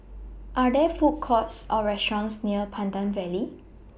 Are There Food Courts Or restaurants near Pandan Valley